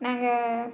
நாங்கள்